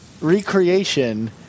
Recreation